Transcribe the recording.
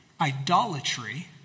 idolatry